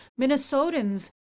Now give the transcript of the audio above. Minnesotans